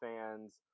fans